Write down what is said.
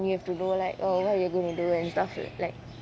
you have to go like oh what you going to do and stuff like